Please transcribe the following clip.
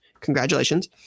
Congratulations